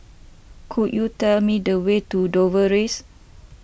could you tell me the way to Dover Rise